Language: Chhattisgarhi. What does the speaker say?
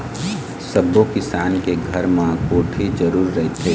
सब्बो किसान के घर म कोठी जरूर रहिथे